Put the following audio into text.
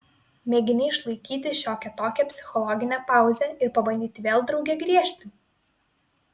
mėgini išlaikyti šiokią tokią psichologinę pauzę ir pabandyti vėl drauge griežti